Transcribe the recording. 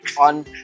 on